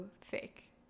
fake